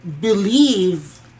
believe